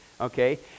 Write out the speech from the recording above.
okay